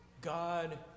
God